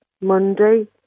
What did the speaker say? Monday